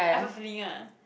I have a feeling ah